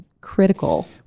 critical